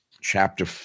chapter